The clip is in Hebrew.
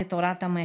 "מבוא לתורת המשק":